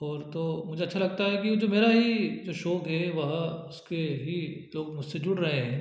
और तो मुझे अच्छा लगता है कि जो मेरा ही जो शौक है वह उसके ही लोग मुझसे जुड़ रहे हैं